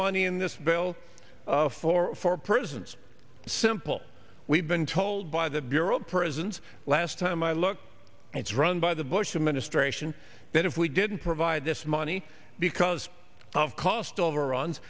money in this bill for four prisons simple we've been told by the bureau of prisons last time i looked it's run by the bush administration that if we didn't provide this money because of cost over